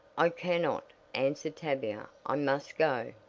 i cannot, answered tavia. i must go.